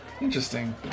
Interesting